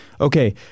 okay